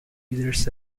leaders